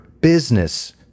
Business